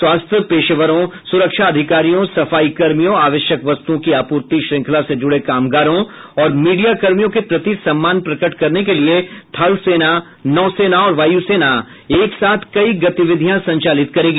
स्वास्थ्य पेशेवरो सुरक्षा अधिकारियों सफाई कर्मियों आवश्यक वस्तुओं की आप्रर्ति श्रृंखला से जुड़े काम गारों और मीडिया कर्मियों के प्रति सम्मान प्रकट करने के लिए थल सेना नौसेना और वायु सेना एक साथ कई गतिविधियां संचालित करेंगी